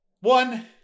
One